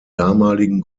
damaligen